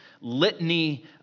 litany